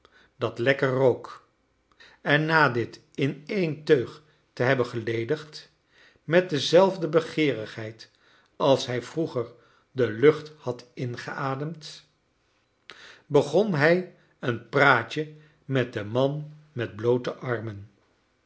dat lekker rook en na dit in één teug te hebben geledigd met dezelfde begeerigheid als hij vroeger de lucht had ingeademd begon hij een praatje met den man met bloote armen